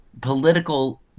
political